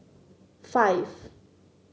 five